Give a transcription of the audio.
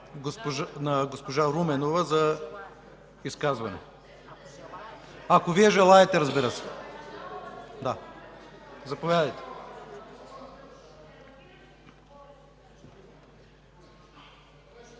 на госпожа Руменова за изказване, ако желае, разбира се. Заповядайте.